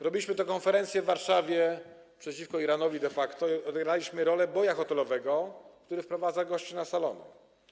Robiliśmy konferencję w Warszawie przeciwko Iranowi de facto i odegraliśmy rolę boya hotelowego, który wprowadza gości na salony.